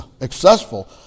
successful